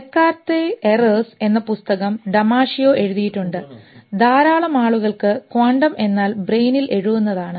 descartes errors എന്ന പുസ്തകം Damasio എഴുതിയിട്ടുണ്ട് ധാരാളം ആളുകൾക്ക് ക്വാണ്ടം എന്നാൽ ബ്രെയിനിൽ എഴുതുന്നതാണ്